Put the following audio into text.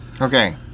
okay